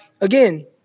again